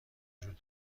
وجود